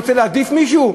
אני רוצה להעדיף מישהו?